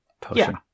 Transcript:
potion